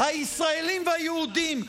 הישראלים והיהודים,